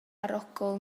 arogl